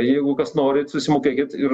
jeigu kas norit susimokėkit ir